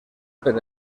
per